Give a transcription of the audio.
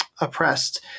oppressed